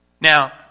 Now